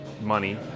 money